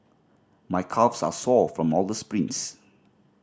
my calves are sore from all the sprints